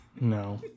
No